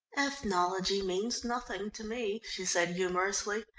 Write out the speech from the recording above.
ethnology means nothing to me, she said humorously.